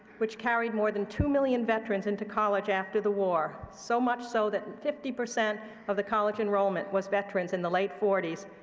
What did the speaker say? which carried more than two million veterans into college after the war, so much so that fifty percent of the college enrollment was veterans in the late forty s,